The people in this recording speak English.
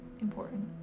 important